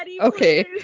okay